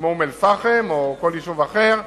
כמו אום-אל-פחם או כל יישוב אחר,